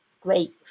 great